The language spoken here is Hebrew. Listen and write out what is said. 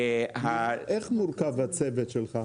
איך מורכב הצוות שלך?